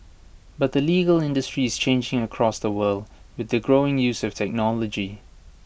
but the legal industry is changing across the world with the growing use of technology